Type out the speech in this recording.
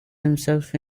himself